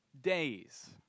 days